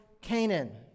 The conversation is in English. Canaan